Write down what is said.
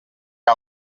que